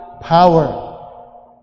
power